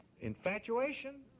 Infatuation